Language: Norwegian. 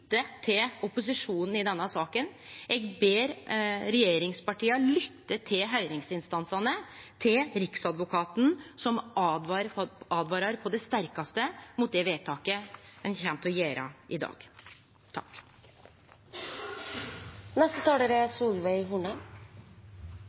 lytte til opposisjonen i denne saka. Eg ber regjeringspartia lytte til høyringsinstansane, til Riksadvokaten, som åtvarar på det sterkaste mot det vedtaket ein kjem til å gjere i dag. Det er